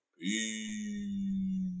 peace